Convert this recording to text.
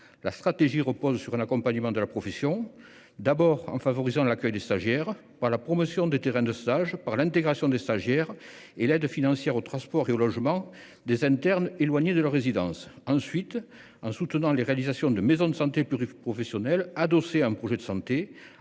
La stratégie repose sur un accompagnement de la profession : d'abord, en favorisant l'accueil de stagiaires par la promotion des terrains de stage, par l'intégration des stagiaires et par une aide financière au transport et au logement des internes éloignés de leur résidence ; ensuite, en soutenant l'établissement de maisons de santé pluriprofessionnelles, adossées à un projet de santé